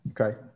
Okay